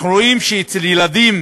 אנחנו רואים שאצל ילדים